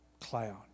cloud